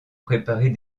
préparer